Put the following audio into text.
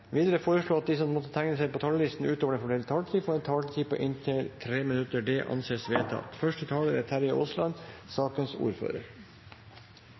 Videre foreslås det at de som måtte tegne seg på talerlisten utover den fordelte taletid, får en taletid på inntil 3 minutter. – Det anses vedtatt. De lovendringsforslagene knyttet til energiloven som regjeringen har lagt fram, er